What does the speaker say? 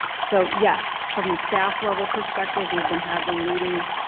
so, yes, from the staff level perspective, we've been having meetings